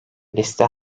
liste